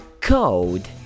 Cold